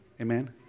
Amen